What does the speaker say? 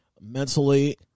mentally